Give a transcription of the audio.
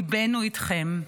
ליבנו איתכם.